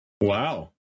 Wow